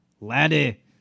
Laddie